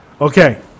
Okay